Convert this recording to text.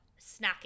snacking